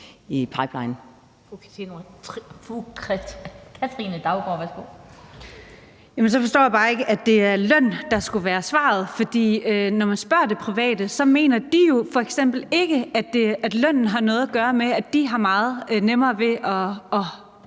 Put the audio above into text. Kl. 17:30 Katrine Daugaard (LA): Så forstår jeg bare ikke, at det er løn, der skulle være svaret. For når man spørger i det private, mener de jo f.eks. ikke, at lønnen har noget at gøre med, at de både har meget nemmere ved at